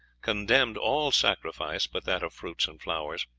condemned all sacrifice but that of fruits and flowers.